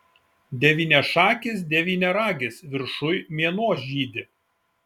devyniašakis devyniaragis viršuj mėnuo žydi